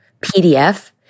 PDF